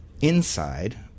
inside